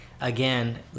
again